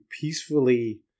peacefully